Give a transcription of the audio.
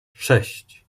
sześć